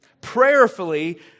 Prayerfully